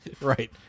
Right